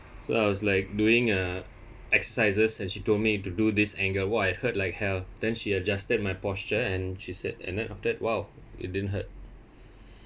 so I was like doing uh exercises and she told me to do this angle !wah! I hurt like hell then she adjusted my posture and she said and then after that !wow! it didn't hurt